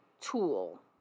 tool